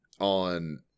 on